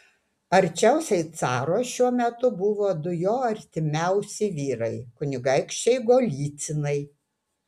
arčiausiai caro šiuo metu buvo du jo artimiausi vyrai kunigaikščiai golycinai